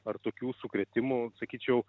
ar tokių sukrėtimų sakyčiau